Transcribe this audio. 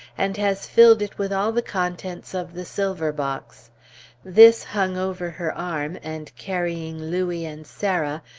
and has filled it with all the contents of the silver-box this hung over her arm, and carrying louis and sarah,